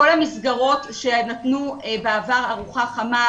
כל המסגרות שנתנו בעבר ארוחה חמה,